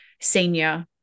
senior